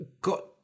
got